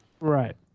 Right